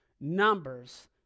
Numbers